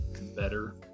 better